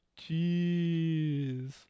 Jeez